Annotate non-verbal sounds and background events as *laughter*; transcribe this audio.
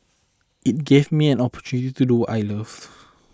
it gave me an opportunity to do what I love *noise*